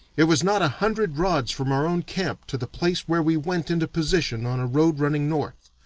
it was not a hundred rods from our own camp to the place where we went into position on a road running north.